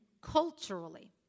culturally